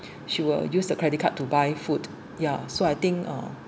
she will use the credit card to buy food yeah so I think uh